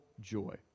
joy